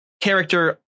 character